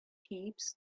heaps